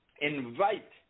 invite